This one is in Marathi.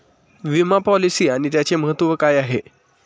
विमा पॉलिसी आणि त्याचे महत्व काय आहे?